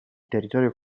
territorio